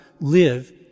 live